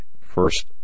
first